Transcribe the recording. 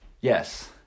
Yes